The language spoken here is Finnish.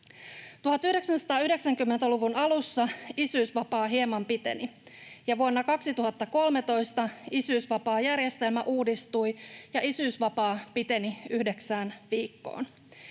1990-luvun alussa isyysvapaa hieman piteni, ja vuonna 2013 isyysvapaajärjestelmä uudistui ja isyysvapaa piteni yhdeksään viikkoon.